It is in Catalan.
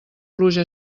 pluja